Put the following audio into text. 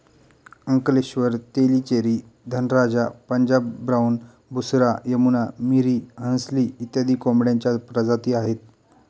Ankleshwar, Tellicherry, Dhanraja, Punjab brown, Busra, Yamuna, Miri, Hansli इत्यादी कोंबड्यांच्या प्रजाती आहेत